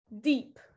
deep